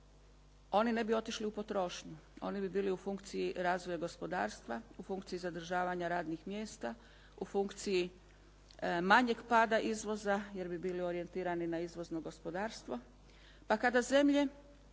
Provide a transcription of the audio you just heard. Oni ne bi otišli u potrošnju, oni bi bili u funkciji razvoja gospodarstva, u funkciji zadržavanja radnih mjesta u funkciji manjeg pada izvoza, jer bi bili orijentirani na izvozno gospodarstvo, pa kada zemlje